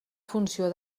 funció